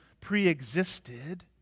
pre-existed